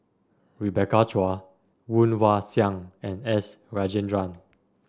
Rebecca Chua Woon Wah Siang and S Rajendran